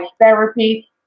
therapy